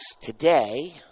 today